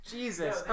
Jesus